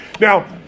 Now